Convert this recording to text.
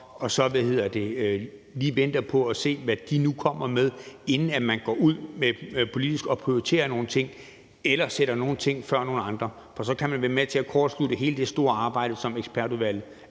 og så lige vente at se, hvad de nu kommer med, inden man går ud og prioriterer nogle ting politisk eller sætter nogle ting før nogle andre, for så kan man være med til at kortslutte hele det store arbejde, som ekspertudvalget